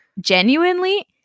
genuinely